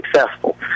successful